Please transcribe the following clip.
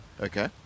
Okay